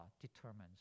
determines